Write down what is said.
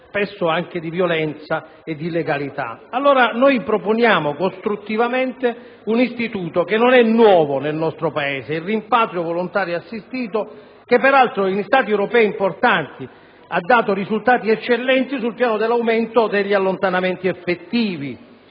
spesso anche di violenza e di illegalità, allora noi proponiamo costruttivamente un istituto che non è nuovo nel nostro Paese, il rimpatrio volontario assistito, che peraltro in Stati europei importanti ha dato risultati eccellenti sul piano dell'aumento degli allontanamenti effettivi